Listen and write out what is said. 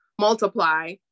multiply